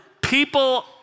people